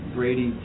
Brady